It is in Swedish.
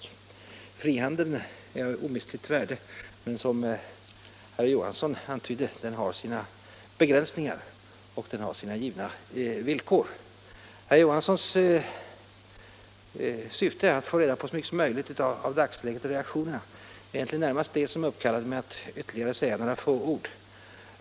Frihandeln är av omistligt värde, men den har, som herr Johansson antydde, sina begränsningar och sina givna villkor. Syftet med herr Johanssons fråga var att han ville få reda på så mycket som möjligt om dagsläget och reaktionerna i den fråga det gäller, och det är egentligen det som uppkallat mig till att säga ytterligare några få ord.